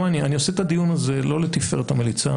אני עושה את הדיון הזה לא לתפארת המליצה,